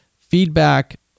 feedback